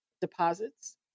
deposits